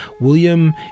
William